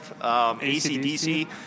ACDC